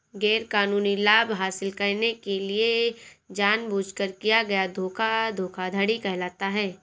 गैरकानूनी लाभ हासिल करने के लिए जानबूझकर किया गया धोखा धोखाधड़ी कहलाता है